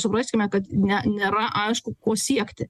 supraskime kad ne nėra aišku ko siekti